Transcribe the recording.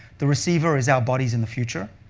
the receiver is our bodies in the future,